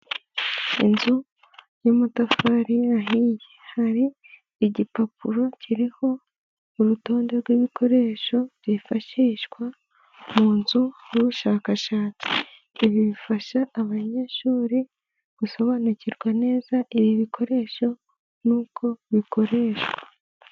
Inzu y'amatafari ahiye. Hari igipapuro kiriho urutonde rw'ibikoresho byifashishwa mu nzu y'ubushakashatsi, ibi bifasha abanyeshuri gusobanukirwa neza ibi bikoresho nuko bikoreshwa.